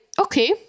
okay